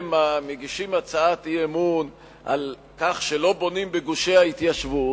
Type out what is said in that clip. הייתם מגישים הצעת אי-אמון על כך שלא בונים בגושי ההתיישבות,